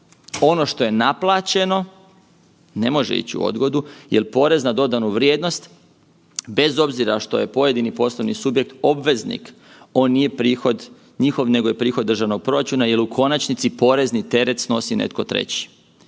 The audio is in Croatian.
ono što je naplaćeno ne može ići u odgodu jel porez na dodanu vrijednost bez obzira što je pojedini poslovni subjekt obveznik, on nije prihod njihov nego je prihod državnog proračuna jer u konačnici porezni teret snosi netko treći.